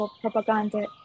propaganda